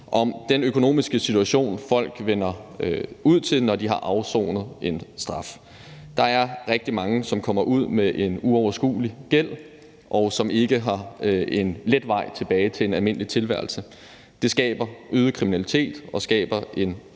den økonomiske situation, folk kommer ud til, når de har afsonet en straf. Der er rigtig mange, som kommer ud med en uoverskuelig gæld, og som ikke har en let vej tilbage til en almindelig tilværelse. Det skaber øget kriminalitet og en